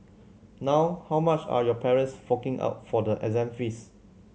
now how much are your parents forking out for the exam fees